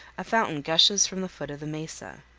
a fountain gushes from the foot of the mesa.